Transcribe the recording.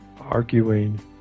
arguing